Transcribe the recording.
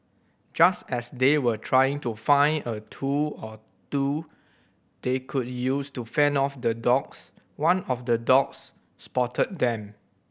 just as they were trying to find a tool or two they could use to fend off the dogs one of the dogs spotted them